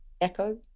echo